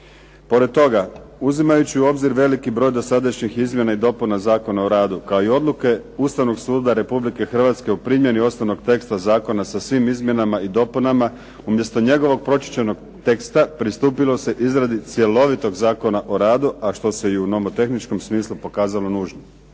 Pored toga, uzimajući u obzir veliki broj dosadašnjih izmjena i dopuna Zakona o radu kao i odluke Ustavnog suda Republike Hrvatske o primjeni osnovnog teksta zakona sa svim izmjenama i dopunama umjesto njegovog pročišćenog teksta pristupilo se izradi cjelovitog Zakona o radu, a što se i u nomotehničkom smislu pokazalo nužnim.